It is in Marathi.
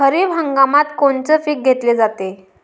खरिप हंगामात कोनचे पिकं घेतले जाते?